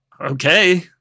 Okay